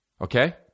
Okay